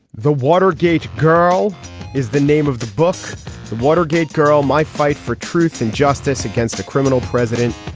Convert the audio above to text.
the watergate girl is the name of the book, the watergate girl my fight for truth and justice against a criminal president.